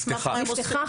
על סמך מה הם --- נפתחה.